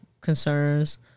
concerns